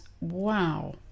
wow